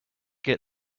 get